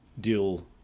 deal